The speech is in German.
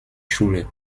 schule